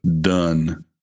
done